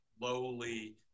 lowly